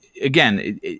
Again